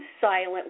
silent